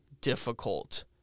difficult